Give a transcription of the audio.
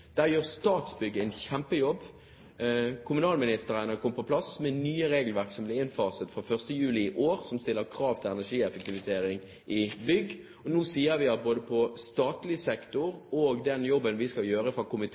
plass nye regelverk som ble innfaset fra 1. juli i år, som stiller krav til energieffektivisering i bygg. Nå sier vi at både når det gjelder statlig sektor og den jobben vi skal gjøre fra